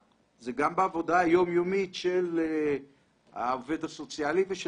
זה גם בעבודה היומיומית של העובד הסוציאלי ושל